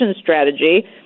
strategy